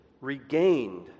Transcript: regained